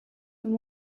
and